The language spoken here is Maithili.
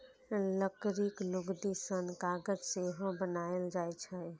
लकड़ीक लुगदी सं कागज सेहो बनाएल जाइ छै